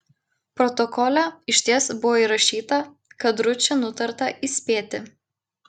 protokole išties buvo įrašyta kad ručį nutarta įspėti